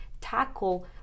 Tackle